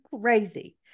crazy